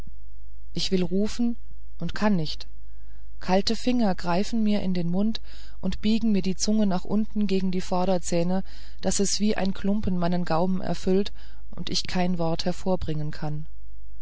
ich will rufen und kann nicht kalte finger greifen mir in den mund und biegen mir die zunge nach unten gegen die vorderzähne daß es wie ein klumpen meinen gaumen erfüllt und ich kein wort hervorbringen kann